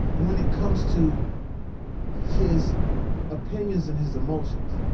when it comes to his opinions and his emotions,